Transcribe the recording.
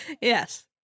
Yes